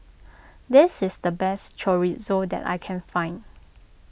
this is the best Chorizo that I can find